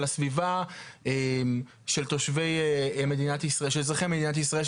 על הסביבה של אזרחי מדינת ישראל,